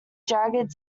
jagged